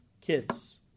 kids